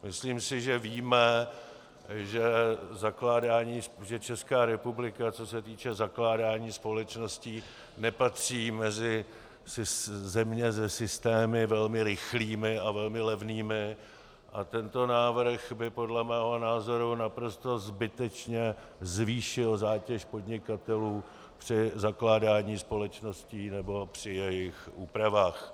Myslím si, že víme, že Česká republika, co se týče zakládání společností, nepatří mezi země se systémy velmi rychlými a velmi levnými, a tento návrh by podle mého názoru naprosto zbytečně zvýšil zátěž podnikatelů při zakládání společností nebo při jejich úpravách.